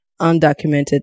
undocumented